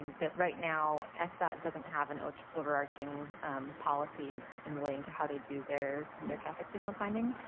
that right now sdot doesn't have an overarching policy and relating to how they do their their traffic signal timing.